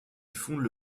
fondent